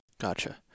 Gotcha